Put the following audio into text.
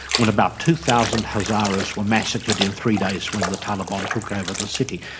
when about two thousand hazaras were massacred in three days when the taliban took over the city.